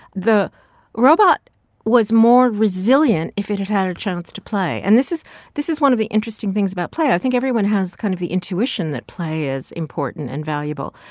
the robot was more resilient if it had had a chance to play and this is this is one of the interesting things about play. i think everyone has kind of the intuition that play is important and valuable.